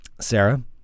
Sarah